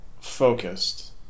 focused